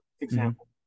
example